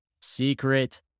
Secret